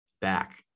back